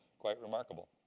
quite remarkable.